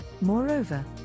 Moreover